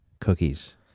Cookies